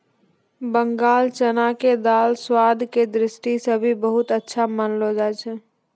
बंगाल चना के दाल स्वाद के दृष्टि सॅ भी बहुत अच्छा मानलो जाय छै